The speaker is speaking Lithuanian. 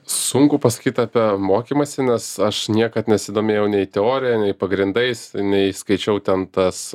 sunku pasakyt apie mokymąsi nes aš niekad nesidomėjau nei teorija nei pagrindais nei skaičiau ten tas